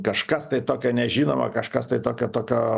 kažkas tai tokio nežinomo kažkas tai tokio tokio